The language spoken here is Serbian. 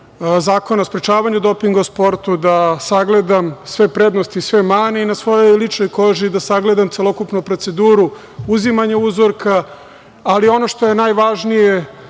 Zakona o sprečavanju dopinga u sportu, da sagledam sve prednosti i sve mane i na svojoj ličnoj koži da sagledam celokupnu proceduru uzimanja uzorka, ali ono što je najvažnije,